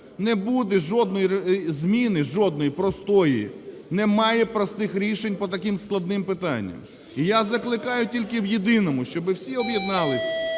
Не буде жодної зміни, жодної простої, немає простих рішень по таким складним питанням. І я закликаю тільки в єдиному, щоби всі об'єдналися,